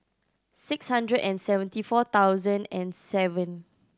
six hundred and seventy four thousand and seven